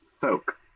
folk